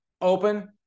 open